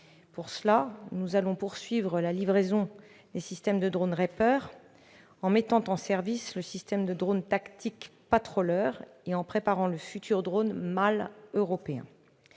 Pour cela, nous allons poursuivre la livraison des systèmes de drones Reaper, mettre en service le système de drones tactiques Patroller et préparer le futur drone MALE européen.